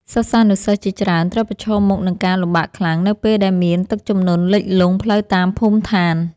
សិស្សានុសិស្សជាច្រើនត្រូវប្រឈមមុខនឹងការលំបាកខ្លាំង នៅពេលដែលមានទឹកជំនន់លិចលង់ផ្លូវតាមភូមិឋាន។